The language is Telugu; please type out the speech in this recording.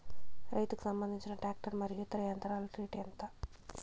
రైతుకు సంబంధించిన టాక్టర్ మరియు ఇతర యంత్రాల రేటు ఎంత?